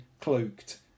cloaked